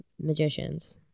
magicians